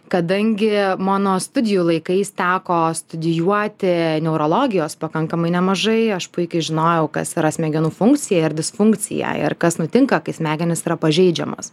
kadangi mano studijų laikais teko studijuoti neurologijos pakankamai nemažai aš puikiai žinojau kas yra smegenų funkcija ir disfunkcija ir kas nutinka kai smegenys yra pažeidžiamos